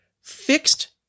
fixed